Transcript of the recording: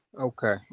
Okay